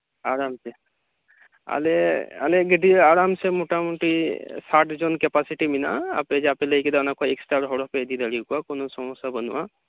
ᱟᱨᱟᱢ ᱥᱮ ᱟᱞᱮ ᱟᱞᱮᱭᱟᱜ ᱜᱟᱹᱰᱤ ᱨᱮ ᱟᱨᱟᱢ ᱥᱮ ᱢᱚᱴᱟ ᱢᱩᱴᱤ ᱥᱟᱴ ᱡᱚᱱ ᱠᱮᱯᱟᱥᱤᱴᱤ ᱢᱮᱱᱟᱜᱼᱟ ᱟᱯᱮ ᱡᱟᱯᱮ ᱞᱟᱹᱭ ᱠᱮᱫᱟ ᱚᱱᱟ ᱠᱷᱚᱡ ᱮᱠᱥᱴᱨᱟ ᱟᱨᱚ ᱦᱚᱲ ᱦᱚᱸᱯᱮ ᱤᱫᱤ ᱫᱟᱲᱮᱭᱟᱠᱚᱣᱟ ᱠᱚᱱᱚ ᱥᱚᱢᱚᱥᱥᱟ ᱵᱟ ᱱᱩᱜᱼᱟ